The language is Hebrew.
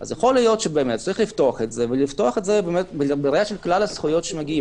יכול להיות שיש לפתוח את זה בראי של כלל הזכויות שמגיעות